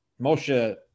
Moshe